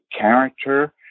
character